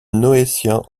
noétiens